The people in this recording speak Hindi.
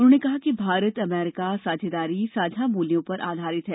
उन्होंने कहा कि भारत अमरीका साझेदारी साझा मूल्यों पर आधारित है